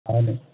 হবে না